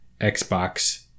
Xbox